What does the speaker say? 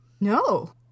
No